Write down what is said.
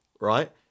Right